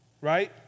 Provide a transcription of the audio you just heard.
Right